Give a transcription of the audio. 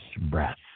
breath